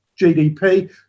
GDP